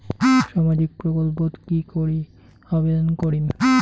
সামাজিক প্রকল্পত কি করি আবেদন করিম?